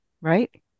right